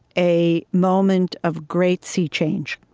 a moment of great sea change.